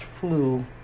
flu